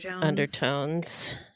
undertones